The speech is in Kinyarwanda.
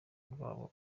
rwabo